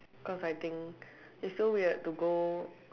cause I think it's so weird to go